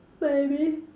maybe